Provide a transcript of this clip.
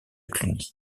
cluny